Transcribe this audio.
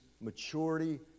maturity